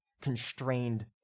constrained